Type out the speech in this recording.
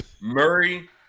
Murray